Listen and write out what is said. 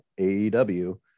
AEW